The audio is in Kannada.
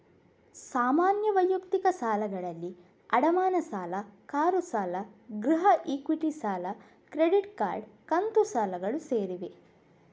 ಸಾಮಾನ್ಯ ವೈಯಕ್ತಿಕ ಸಾಲಗಳಲ್ಲಿ ಅಡಮಾನ ಸಾಲ, ಕಾರು ಸಾಲ, ಗೃಹ ಇಕ್ವಿಟಿ ಸಾಲ, ಕ್ರೆಡಿಟ್ ಕಾರ್ಡ್, ಕಂತು ಸಾಲಗಳು ಸೇರಿವೆ